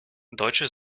deutsche